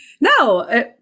No